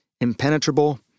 impenetrable